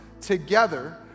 together